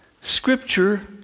Scripture